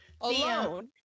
Alone